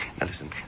listen